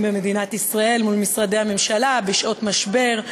במדינת ישראל מול משרדי הממשלה בשעות משבר.